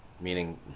meaning